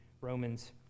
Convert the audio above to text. Romans